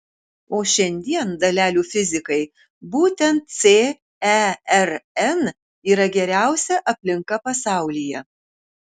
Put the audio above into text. o šiandien dalelių fizikai būtent cern yra geriausia aplinka pasaulyje